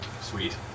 Sweet